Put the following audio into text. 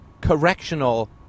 correctional